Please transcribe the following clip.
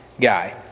guy